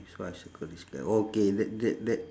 so I circle this guy oh K that that that